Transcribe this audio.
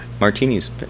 Martini's